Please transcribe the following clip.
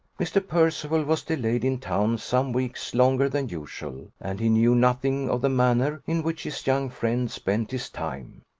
mr. percival was delayed in town some weeks longer than usual, and he knew nothing of the manner in which his young friend spent his time.